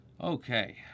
Okay